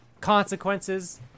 consequences